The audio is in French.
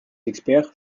experts